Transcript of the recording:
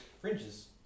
fringes